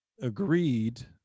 agreed